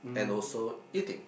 and also eating